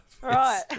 right